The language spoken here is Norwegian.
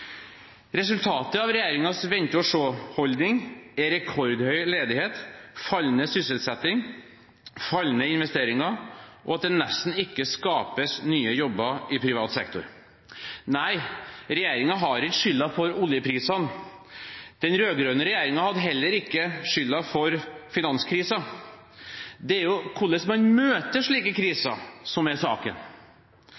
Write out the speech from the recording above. Resultatet av regjeringens vente-og-se-holdning er rekordhøy ledighet, fallende sysselsetting, fallende investeringer og at det nesten ikke skapes nye jobber i privat sektor. Nei, regjeringen har ikke skylden for oljeprisene. Den rød-grønne regjeringen hadde heller ikke skylden for finanskrisen. Det er hvordan man møter slike